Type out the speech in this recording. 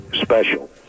special